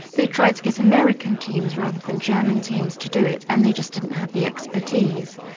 they tried to get american teams rather than german teams to do it, and they just didn't have the expertise.